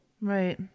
Right